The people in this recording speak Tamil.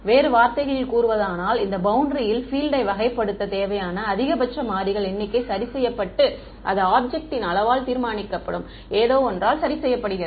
வேறு வார்த்தைகளில் கூறுவதானால் இந்த பௌண்டரியில் பீல்டை வகைப்படுத்த தேவையான அதிகபட்ச மாறிகள் எண்ணிக்கை சரி செய்யப்பட்டு அது ஆப்ஜெக்ட்டின் அளவால் தீர்மானிக்கப்படும் ஏதோவொன்றால் சரி செய்யப்படுகிறது